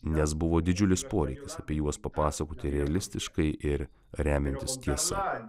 nes buvo didžiulis poreikis apie juos papasakoti realistiškai ir remiantis tiesa